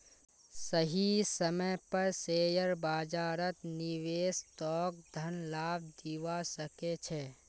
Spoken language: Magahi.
सही समय पर शेयर बाजारत निवेश तोक धन लाभ दिवा सके छे